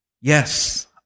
Yes